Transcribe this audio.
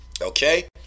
Okay